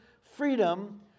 freedom